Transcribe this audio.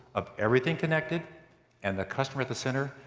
of everything connected and the customer at the center,